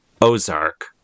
Ozark